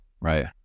right